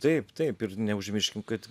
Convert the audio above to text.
taip taip ir neužmirškim kad